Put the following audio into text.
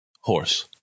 Horse